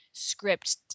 script